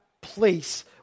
place